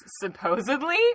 supposedly